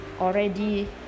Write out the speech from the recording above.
already